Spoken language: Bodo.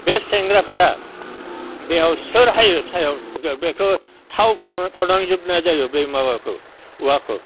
बे सेंग्राफोरा बेयाव सोर हायो सायाव जों बेखो थाव फोनांजोबनाय जायो बे माबाखौ औवाखौ